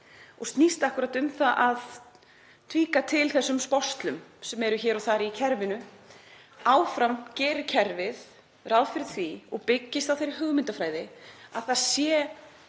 og snýst hún akkúrat um að eiga við þessar sporslur sem eru hér og þar í kerfinu. Áfram gerir kerfið ráð fyrir því og byggist á þeirri hugmyndafræði að það sé